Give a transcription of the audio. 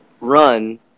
run